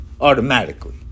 Automatically